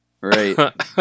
Right